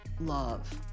love